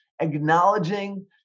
acknowledging